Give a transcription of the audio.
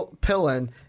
Pillin